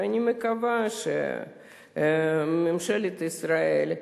ואני מקווה שממשלת ישראל,